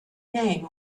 name